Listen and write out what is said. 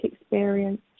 experience